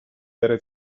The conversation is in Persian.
بره